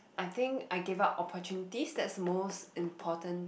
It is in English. I think I gave up opportunities that's most important